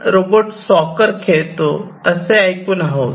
आपण robot soccer खेळतो असे ऐकून आहोत